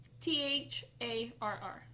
T-H-A-R-R